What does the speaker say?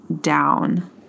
down